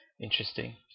interesting